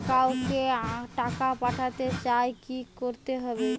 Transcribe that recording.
কাউকে টাকা পাঠাতে চাই কি করতে হবে?